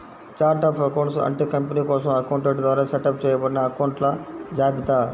chart of accounts అంటే company కోసం accountant ద్వారా సెటప్ చేయబడిన అకొంట్ల జాబితా